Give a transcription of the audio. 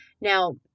Now